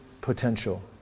potential